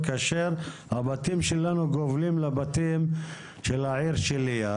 כאשר הבתים שלנו גובלים לבתי העיר שנמצאת ליד?